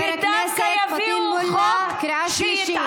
חבר הכנסת פטין מולא, קריאה שלישית.